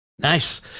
Nice